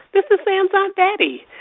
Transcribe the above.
this is sam's aunt betty.